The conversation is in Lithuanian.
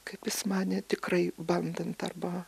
kaip jis manė tikrai bandant arba